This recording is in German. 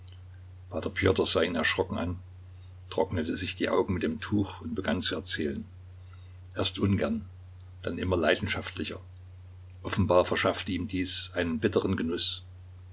sah ihn erschrocken an trocknete sich die augen mit dem tuch und begann zu erzählen erst ungern dann immer leidenschaftlicher offenbar verschaffte ihm dies einen bitteren genuß